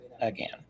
again